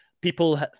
people